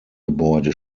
gebäude